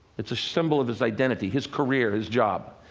it's a symbol of his identity, his career, his job.